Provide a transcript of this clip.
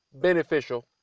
beneficial